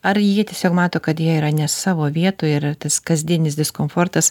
ar jie tiesiog mato kad jie yra ne savo vietoje ir yra tas kasdieninis diskomfortas